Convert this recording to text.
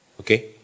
Okay